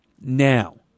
now